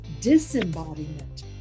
disembodiment